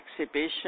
exhibition